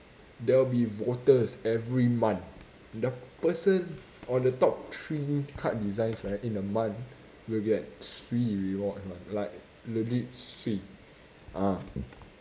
there will be voters every month the person or the top three card designs right in the month will get swee rewards like legit swee ah